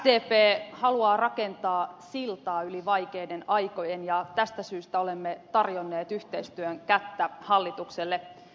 sdp haluaa rakentaa siltaa yli vaikeiden aikojen ja tästä syystä olemme tarjonneet yhteistyön kättä hallitukselle